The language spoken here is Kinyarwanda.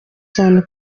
cyane